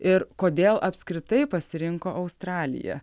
ir kodėl apskritai pasirinko australiją